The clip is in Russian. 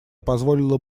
позволило